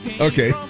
Okay